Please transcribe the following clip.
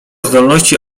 zdolności